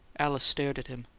alice stared at him.